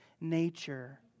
nature